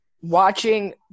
watching